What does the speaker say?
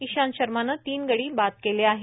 इशांत शर्मानं तीन गडी बाद केले आहेत